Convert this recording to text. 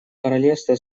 королевства